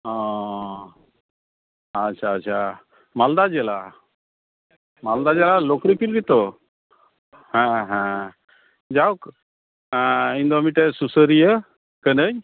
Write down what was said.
ᱚᱻ ᱟᱪᱷᱟ ᱟᱪᱪᱷᱟ ᱢᱟᱞᱫᱟ ᱡᱮᱞᱟ ᱢᱟᱞᱫᱟ ᱡᱮᱞᱟ ᱞᱩᱠᱠᱷᱨᱤ ᱯᱤᱱᱰᱤ ᱛᱚ ᱦᱮᱸ ᱦᱮᱸ ᱡᱟᱦᱳᱠ ᱦᱮᱸ ᱤᱧᱫᱚ ᱢᱤᱫᱴᱮᱱ ᱥᱩᱥᱟᱹᱨᱤᱭᱟᱹ ᱠᱟᱹᱱᱟᱹᱧ